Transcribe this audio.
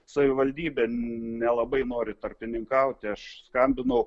savivaldybė nelabai nori tarpininkauti aš skambinau